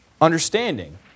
understanding